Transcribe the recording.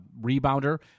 rebounder